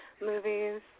movies